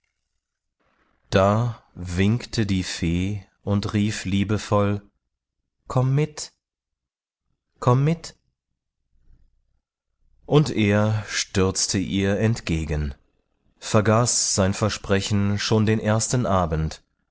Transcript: da winkte die fee und rief liebevoll komm mit komm mit und er stürzte ihr entgegen vergaß sein versprechen schon den ersten abend